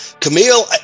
Camille